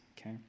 okay